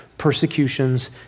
persecutions